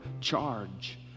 charge